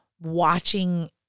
watching